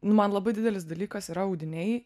nu man labai didelis dalykas yra audiniai